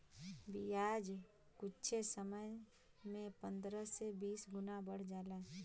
बियाज कुच्छे समय मे पन्द्रह से बीस गुना बढ़ जाला